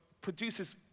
produces